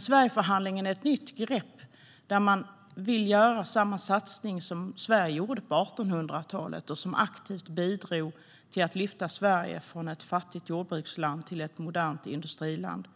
Sverigeförhandlingen är ett nytt grepp. Man vill göra samma satsning som Sverige gjorde på 1800-talet och som aktivt bidrog till att lyfta Sverige från ett fattigt jordbruksland till ett modernt industriland.